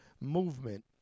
movement